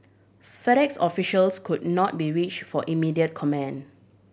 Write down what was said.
FedEx officials could not be reach for immediate comment